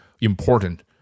important